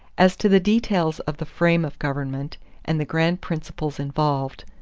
as to the details of the frame of government and the grand principles involved,